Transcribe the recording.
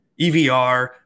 EVR